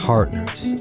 Partners